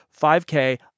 5K